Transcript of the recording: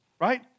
right